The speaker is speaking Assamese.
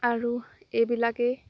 আৰু এইবিলাকেই